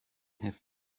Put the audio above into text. have